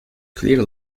clear